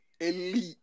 Elite